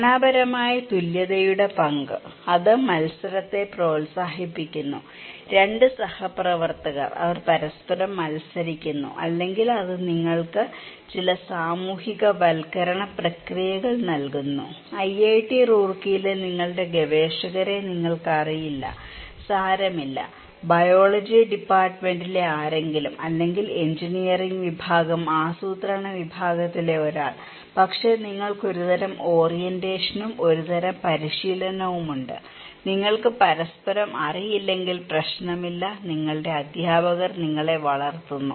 ഘടനാപരമായ തുല്യതയുടെ പങ്ക് അത് മത്സരത്തെ പ്രോത്സാഹിപ്പിക്കുന്നു 2 സഹപ്രവർത്തകർ അവർ പരസ്പരം മത്സരിക്കുന്നു അല്ലെങ്കിൽ അത് നിങ്ങൾക്ക് ചില സാമൂഹികവൽക്കരണ പ്രക്രിയകൾ നൽകുന്നു ഐഐടി റൂർക്കിയിലെ നിങ്ങളുടെ ഗവേഷകരെ നിങ്ങൾക്ക് അറിയില്ല സാരമില്ല ബയോളജി ഡിപ്പാർട്ട്മെന്റിലെ ആരെങ്കിലും ആരെങ്കിലും എഞ്ചിനീയറിംഗ് വിഭാഗം ആസൂത്രണ വിഭാഗത്തിലെ ഒരാൾ പക്ഷേ നിങ്ങൾക്ക് ഒരുതരം ഓറിയന്റേഷനും ഒരുതരം പരിശീലനവുമുണ്ട് നിങ്ങൾക്ക് പരസ്പരം അറിയില്ലെങ്കിൽ പ്രശ്നമില്ല നിങ്ങളുടെ അധ്യാപകർ നിങ്ങളെ വളർത്തുന്നു